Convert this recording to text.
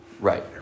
Right